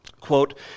quote